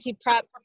prep